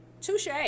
touche